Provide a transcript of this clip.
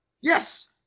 Yes